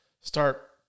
start